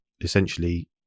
essentially